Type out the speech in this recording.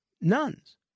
nuns